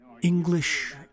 English